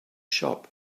shop